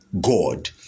God